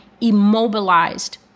immobilized